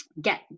get